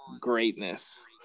greatness